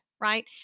right